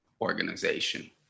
organization